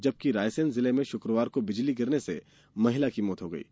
जबकि रायसेन जिले में शुक्रवार को बिजली गिरने से महिला की मौत हो गई थी